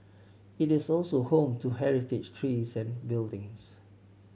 it is also home to heritage trees and buildings